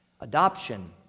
Adoption